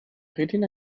retina